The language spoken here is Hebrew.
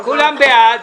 כולם בעד.